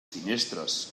finestres